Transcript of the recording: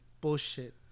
bullshit